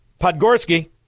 Podgorski